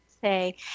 say